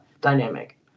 dynamic